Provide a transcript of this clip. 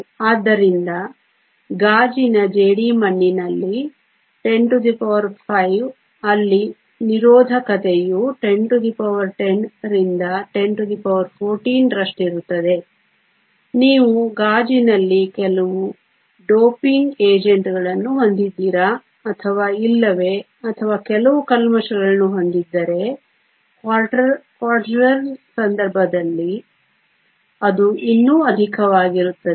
ಆದ್ದರಿಂದ ಗಾಜಿನ ಜೇಡಿಮಣ್ಣಿನಲ್ಲಿ 105 ಅಲ್ಲಿ ನಿರೋಧಕತೆಯು 1010 ರಿಂದ 1014 ರಷ್ಟಿರುತ್ತದೆ ನೀವು ಗಾಜಿನಲ್ಲಿ ಕೆಲವು ಡೋಪಿಂಗ್ ಏಜೆಂಟ್ಗಳನ್ನು ಹೊಂದಿದ್ದೀರಾ ಅಥವಾ ಇಲ್ಲವೇ ಅಥವಾ ಕೆಲವು ಕಲ್ಮಶಗಳನ್ನು ಹೊಂದಿದ್ದರೆ ಕ್ವಾರ್ಟ್ಜ್ನ ಸಂದರ್ಭದಲ್ಲಿ ಅದು ಇನ್ನೂ ಅಧಿಕವಾಗಿರುತ್ತದೆ